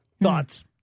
thoughts